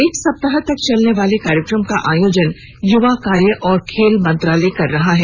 एक सप्ताह तक चलने वाले कार्यक्रम का आयोजन युवा कार्य और खेल मंत्रालय कर रहा है